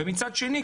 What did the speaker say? ומצד שני,